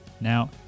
now